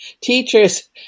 Teachers